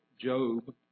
Job